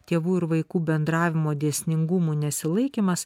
tėvų ir vaikų bendravimo dėsningumų nesilaikymas